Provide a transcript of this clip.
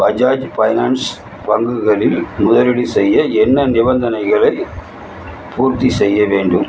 Bajaj finance பங்குகளில் முதலீடு செய்ய என்ன நிபந்தனைகளைப் பூர்த்திசெய்ய வேண்டும்